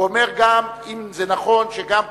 ואומר גם, אם זה נכון, שגם קצין.